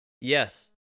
Yes